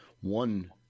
one